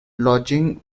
lodging